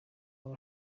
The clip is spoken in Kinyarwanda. aba